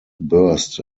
burst